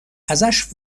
ازش